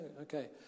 okay